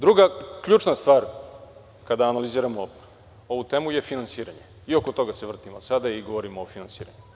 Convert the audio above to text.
Druga ključna stvar, kada analiziramo ovu temu, je finansiranje i oko toga se vrtimo sada i govorimo o finansiranju.